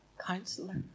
counselor